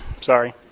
Sorry